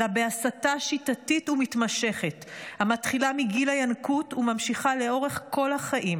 אלא בהסתה שיטתית ומתמשכת המתחילה מגיל הינקות וממשיכה לאורך כל החיים,